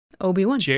Obi-Wan